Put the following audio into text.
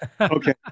okay